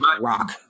Rock